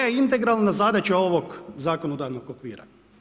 Koja je integralna zadaća ovog zakonodavnog okvira?